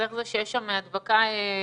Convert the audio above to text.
אז איך זה שיש שם הדבקה המונית.